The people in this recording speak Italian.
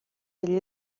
degli